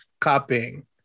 copying